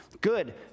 Good